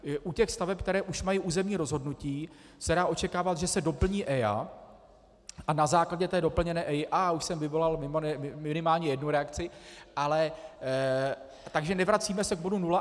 U těch staveb, které už mají územní rozhodnutí, se dá očekávat, že se doplní EIA a na základě té doplněné EIA už jsem vyvolal minimálně jednu reakci takže nevracíme se k bodu nula.